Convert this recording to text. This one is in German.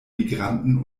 migranten